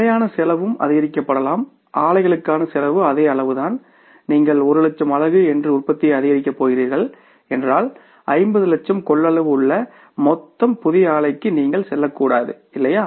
நிலையான செலவும் அதிகரிக்கப்படலாம் ஆலைக்கான செலவு அதே அளவுதான் நீங்கள் 1 லட்சம் அலகு என்று உற்பத்தியை அதிகரிக்கப் போகிறீர்கள் என்றால் 50 லட்சம் கொள்ளளவு உள்ள மொத்தம் புதிய ஆலைக்கு நீங்கள் செல்லக்கூடாது இல்லையா